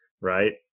right